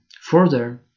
further